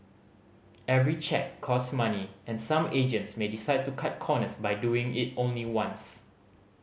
every check costs money and some agents may decide to cut corners by doing it only once